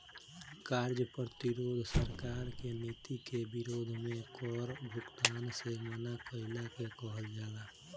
कार्य प्रतिरोध सरकार के नीति के विरोध में कर भुगतान से मना कईला के कहल जाला